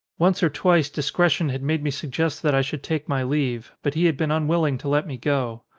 once or twice discretion had made me suggest that i should take my leave, but he had been un willing to let me go.